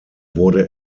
wurde